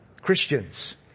Christians